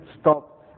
stop